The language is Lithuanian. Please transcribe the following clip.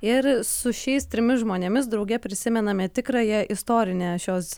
ir su šiais trimis žmonėmis drauge prisimename tikrąją istorinę šios